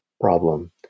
problem